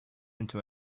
into